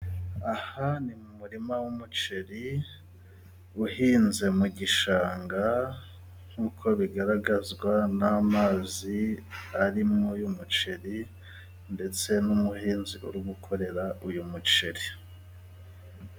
Aha ni mu murima w'umuceri uhinze mu gishanga nk'uko bigaragazwa n'amazi ari muri uyu muceri ndetse n'umuhinzi uri gukorera uyu muceri.